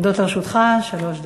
עומדות לרשותך שלוש דקות.